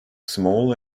small